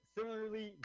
Similarly